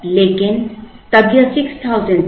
लेकिन तब यह 6000 थी